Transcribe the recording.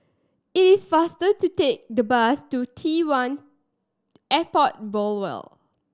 it is faster to take the bus to T One Airport Boulevard